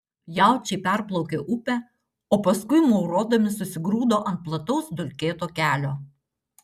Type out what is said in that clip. jaučiai perplaukė upę o paskui maurodami susigrūdo ant plataus dulkėto kelio